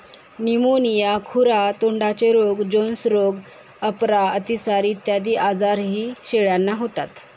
pneumonia, खुरा तोंडाचे रोग, जोन्स रोग, अपरा, अतिसार इत्यादी आजारही शेळ्यांना होतात